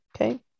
Okay